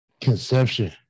conception